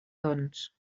doncs